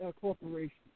corporation